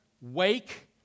wake